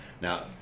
Now